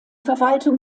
verwaltung